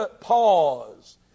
pause